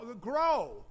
grow